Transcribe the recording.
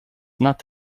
not